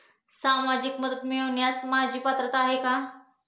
सामाजिक मदत मिळवण्यास माझी पात्रता आहे का?